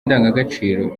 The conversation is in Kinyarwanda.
indangagaciro